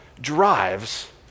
drives